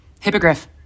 Hippogriff